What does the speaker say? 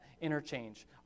interchange